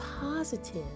positive